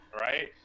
right